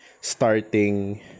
starting